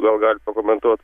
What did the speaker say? gal galit pakomentuot